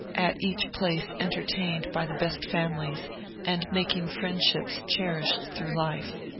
at each place entertained by the best families and making friendships cherished through life.